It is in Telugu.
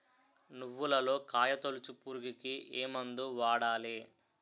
నువ్వులలో కాయ తోలుచు పురుగుకి ఏ మందు వాడాలి?